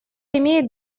имеет